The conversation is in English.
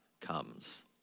comes